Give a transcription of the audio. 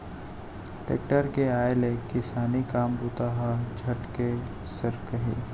tractor के आय ले किसानी काम बूता ह झटके सरकही